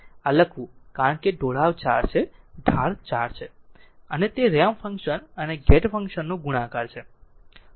આ લખવું કારણ કે ઢોળાવ 4 છે ઢાળ 4 છે અને તે રેમ્પ ફંક્શન અને ગેટ ફંક્શન નું ગુણાકાર છે